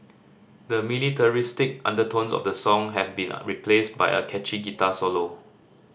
the militaristic undertones of the song have been replaced by a catchy guitar solo